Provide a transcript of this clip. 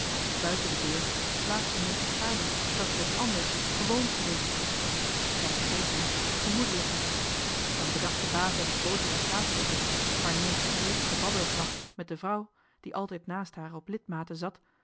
buiten de deur klaagde neeltje gaarne dat ze het anders gewoon geweest was dan begreep men gemoedelijker dan bedacht de baas uit het boter en kaaswinkeltje waar neeltje gretig te babbelen placht met de vrouw die altijd naast haar op lidmaten zat